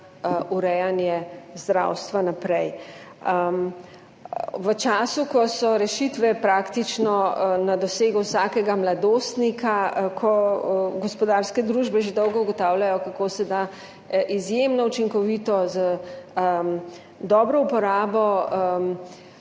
urejanje zdravstva naprej. V času, ko so rešitve praktično na dosegu vsakega mladostnika, ko gospodarske družbe že dolgo ugotavljajo, kako se da izjemno učinkovito, z dobro uporabo